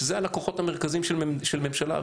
שאלה הלקוחות המרכזיים של ממשלה,